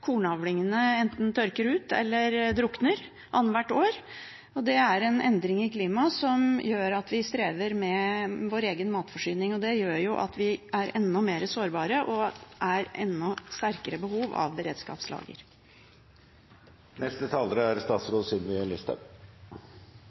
kornavlingene enten tørker ut eller drukner annet hvert år. Det er en endring i klimaet som gjør at vi strever med vår egen matforsyning, og det gjør at vi er enda mer sårbare og har enda sterkere behov